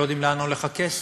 שלא יודעים לאן הולך הכסף.